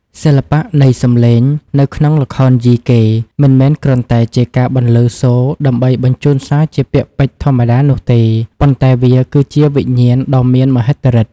សិល្បៈនៃសំឡេងនៅក្នុងល្ខោនយីកេ មិនមែនគ្រាន់តែជាការបន្លឺសូរដើម្បីបញ្ជូនសារជាពាក្យពេចន៍ធម្មតានោះទេ ប៉ុន្តែវាគឺជាវិញ្ញាណដ៏មានមហិទ្ធិឫទ្ធិ។